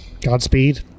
Godspeed